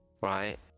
right